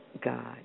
God